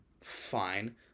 fine